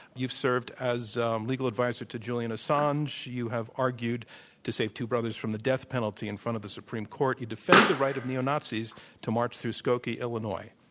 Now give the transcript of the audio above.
you've served as legal advisor to julian assange. you have argued to save two brothers from the death penalty in front of the supreme court. you defended the right of neo-nazis to march through skokie, illinois.